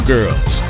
Girls